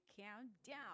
Countdown